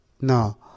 No